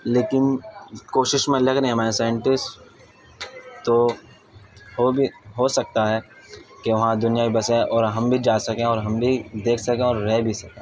لیکن کوشش میں لگے رہے ہمارے سائنٹسٹ تو ہو بھی ہو سکتا ہے کہ وہاں دنیا بھی بس جائے اور ہم بھی جا سکیں اور بھی دیکھ سکیں اور رہ بھی سکیں